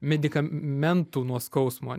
medikamentų nuo skausmo